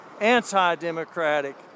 anti-democratic